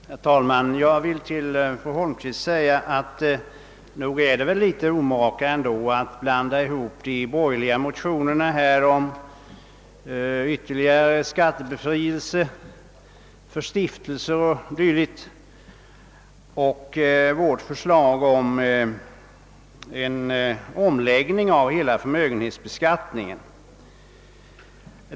Herr talman! Jag vill till fru Holm qvist säga att jag nog finner det något omaka att blanda ihop de borgerliga motionerna om ytterligare skattebefrielse för stiftelser och dylikt samt vårt förslag om en omläggning av hela förmögenhetsbeskattningen.